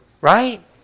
right